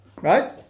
right